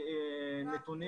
הסוציאליים.